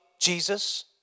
Jesus